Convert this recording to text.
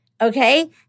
okay